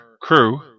crew